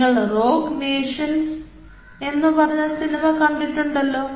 നിങ്ങൾ rogue nations എന്നുപറഞ്ഞ cinema കണ്ടിട്ടുണ്ടല്ലോ